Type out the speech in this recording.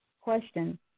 question